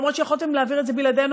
למרות שיכולתם להעביר את זה בלעדינו